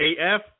AF